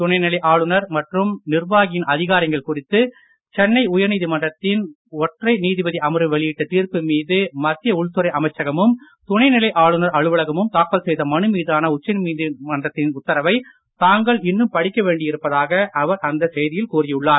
துணைநிலை ஆளுநர் மற்றும் நிர்வாகியின் அதிகாரங்கள் குறித்து சென்னை உயர்நீதிமன்றத்தின் ஒற்றை நீதிபதி அமர்வு வெளியிட்ட தீர்ப்பு மீது மத்திய உள்துறை அமைச்சகமும் துணைநிலை ஆளுநர் அலுவலகமும் தாக்கல் செய்த மனு மீதான உச்சநீதிமன்றத்தின் உத்தரவை தாங்கள் இன்னும் படிக்க வேண்டி இருப்பதாக அவர் அந்த செய்தியில் கூறியுள்ளார்